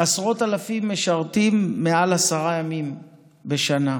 עשרות אלפים משרתים מעל עשרה ימים בשנה.